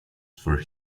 for